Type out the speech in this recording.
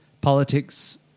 politics